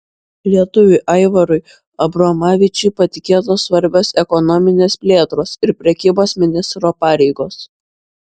lietuviui aivarui abromavičiui patikėtos svarbios ekonominės plėtros ir prekybos ministro pareigos